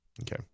Okay